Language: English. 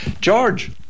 George